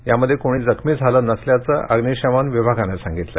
यामध्ये कोणी जखमी झाले नसल्याचं अग्निशमन विभागाने सांगितलं